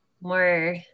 more